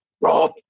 Rob